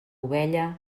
ovella